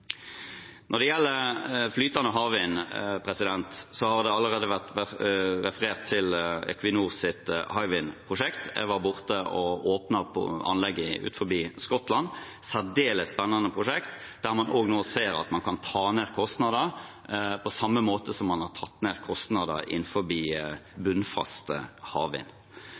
Når det gjelder flytende havvind, har det allerede vært referert til Equinors Hywind-prosjekt. Jeg var der borte og åpnet anlegget utenfor Skottland. Det er et særdeles spennende prosjekt, der man også ser at man kan ta ned kostnader – på samme måte som man har tatt ned kostnader innenfor bunnfast havvind.